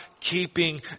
keeping